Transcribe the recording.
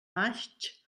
maig